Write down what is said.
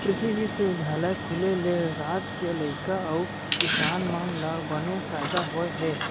कृसि बिस्वबिद्यालय खुले ले राज के लइका अउ किसान मन ल बने फायदा होय हे